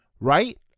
right